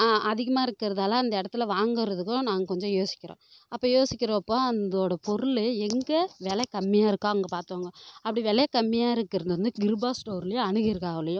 அதிகமாக இருக்கிறதால அந்த இடத்துல வாங்குறதுக்கோ நாங்கள் கொஞ்சம் யோசிக்கிறோம் அப்போது யோசிக்கிறப்போ அதோட பொருள் எங்கே விலை கம்மியாக இருக்கோ அங்கே பார்த்து வாங்குவோம் அப்படி விலை கம்மியாக இருக்கிறது வந்து கிருபா ஸ்டோர்லையும் அனுகிருகாவுலையும்